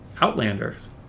Outlanders